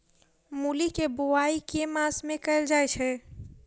मूली केँ बोआई केँ मास मे कैल जाएँ छैय?